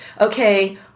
okay